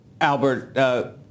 Albert